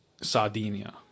Sardinia